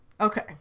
okay